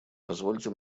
позвольте